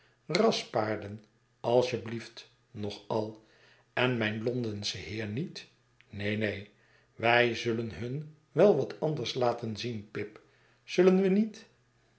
al en mijn londensche heer niet neen neen wij zullen hun wel wat anders laten zien pip zullen we niet